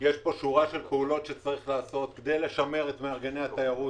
יש פה שורה של פעולות שצריך לעשות כדי לשמר את מארגני התיירות,